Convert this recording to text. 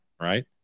right